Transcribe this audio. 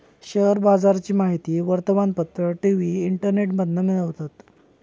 share बाजाराची माहिती वर्तमानपत्र, टी.वी, इंटरनेटमधना मिळवतत